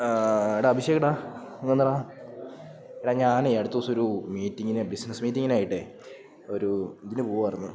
ഡാ അഭിഷേക് ഡാ ഇങ്ങ് വന്നേ ഡാ ഡാ ഞാൻ അടുത്ത ദിവസം ഒരു മീറ്റിങ്ങിന് ബിസിനസ് മീറ്റിങ്ങിനായിട്ട് ഒരു ഇതിന് പോവാർന്ന്